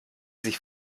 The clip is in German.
sich